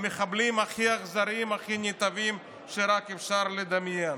המחבלים הכי אכזרים והכי נתעבים שרק אפשר לדמיין.